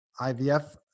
IVF